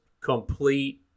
complete